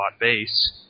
base